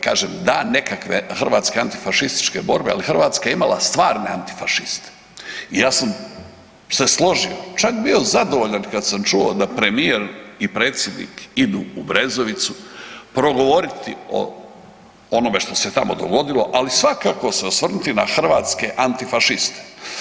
Kažem da nekakve hrvatske antifašističke borbe ali Hrvatska je imala stvarne antifašiste i ja sam se složio čak bio zadovoljan kad sam čuo da premijer i predsjednik idu u Brezovicu progovoriti o onome što se tamo dogodilo, ali svakako se osvrnuti na hrvatske antifašiste.